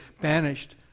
banished